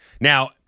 Now